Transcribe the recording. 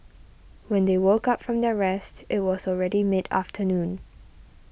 when they woke up from their rest it was already mid afternoon